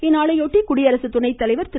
இந்நாளையொட்டி குடியரசுத்துணை தலைவர் திரு